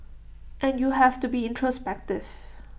and you have to be introspective